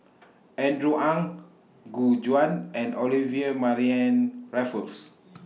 Andrew Ang Gu Juan and Olivia Mariamne Raffles